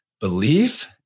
belief